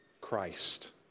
Christ